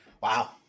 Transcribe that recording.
Wow